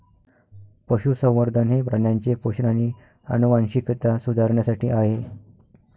पशुसंवर्धन हे प्राण्यांचे पोषण आणि आनुवंशिकता सुधारण्यासाठी आहे